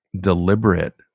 deliberate